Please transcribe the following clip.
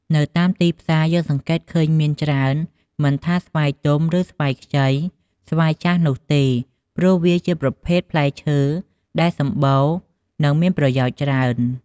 នៅតាមទីផ្សារយើងសង្កេតឃើញមានច្រើនមិនថាស្វាយទុំឬស្វាយខ្ចី ស្វាយចាស់នោះទេ ព្រោះវាជាប្រភេទផ្លែឈើដែលសម្បូរនិងមានប្រយោជន៍ច្រើន។